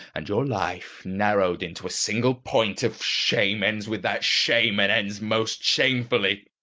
and your life narrowed into a single point of shame ends with that shame and ends most shamefully.